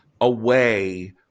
away